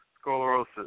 sclerosis